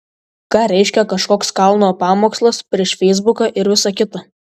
ką reiškia kažkoks kalno pamokslas prieš feisbuką ir visa kita